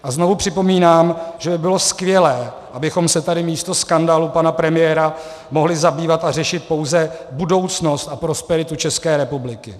A znovu připomínám, že by bylo skvělé, abychom se tady místo skandálů pana premiéra mohli zabývat a řešit pouze budoucnost a prosperitu České republiky.